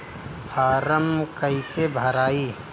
Form कईसे भराई?